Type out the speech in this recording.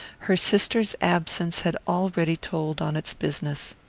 her sister's absence had already told on its business.